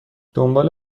دنبال